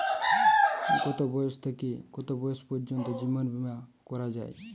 কতো বয়স থেকে কত বয়স পর্যন্ত জীবন বিমা করা যায়?